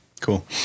Cool